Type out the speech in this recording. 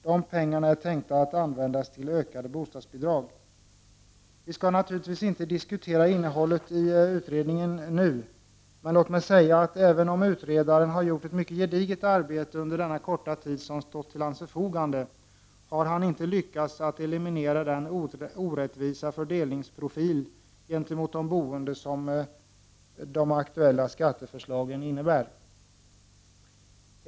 De pengarna är tänkta att användas till ökade bostadsbidrag. Vi skall naturligtvis inte diskutera innehållet i den utredningen nu. Men låt mig säga att även om utredaren har gjort ett mycket gediget arbete under den korta tid som stått till hans förfogande, så har han inte lyckats att eliminera den gentemot de boende orättvisa fördelningsprofil som de aktuella skatteförslagen innebär.